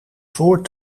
voor